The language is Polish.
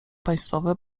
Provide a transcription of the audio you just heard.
państwowe